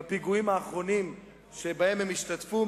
בפיגועים האחרונים שבהם הם השתתפו,